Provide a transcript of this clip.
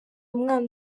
umwana